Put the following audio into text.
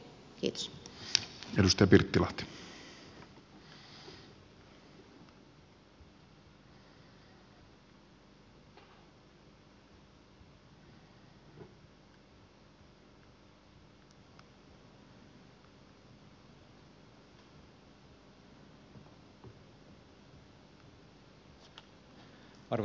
arvoisa puhemies